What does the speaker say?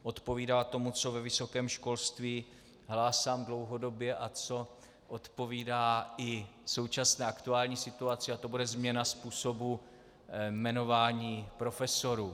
Odpovídá tomu, co ve vysokém školství hlásám dlouhodobě a co odpovídá i současné aktuální situaci, a to bude změna způsobu jmenování profesorů.